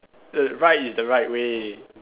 the right is the right way